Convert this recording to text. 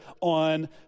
on